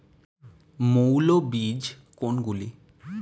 মৌল বীজ কোনগুলি?